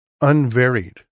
unvaried